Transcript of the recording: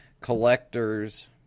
collectors